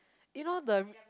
you know the